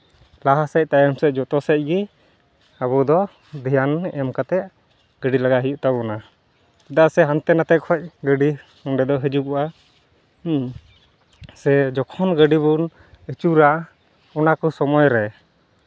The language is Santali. ᱞᱟᱦᱟ ᱥᱮᱡ ᱛᱟᱭᱚᱢ ᱥᱮᱡ ᱡᱚᱛᱚ ᱥᱮᱡ ᱜᱮ ᱟᱵᱚ ᱫᱚ ᱫᱷᱮᱭᱟᱱ ᱮᱢ ᱠᱟᱛᱮᱫ ᱜᱟᱹᱥᱤ ᱞᱟᱜᱟᱭ ᱦᱩᱭᱩᱜ ᱛᱟᱵᱳᱱᱟ ᱪᱮᱫᱟᱜ ᱥᱮ ᱦᱟᱱᱛᱮ ᱱᱟᱛᱮ ᱠᱷᱚᱡ ᱜᱟᱹᱰᱤ ᱚᱸᱰᱮ ᱫᱚ ᱦᱤᱡᱩᱜᱚᱜᱼᱟ ᱦᱮᱸ ᱥᱮ ᱡᱚᱠᱷᱚᱱ ᱜᱟᱹᱰᱤ ᱵᱚᱱ ᱟᱹᱪᱩᱨᱟ ᱚᱱᱟ ᱠᱚ ᱥᱚᱢᱚᱭ ᱨᱮ